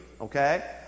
okay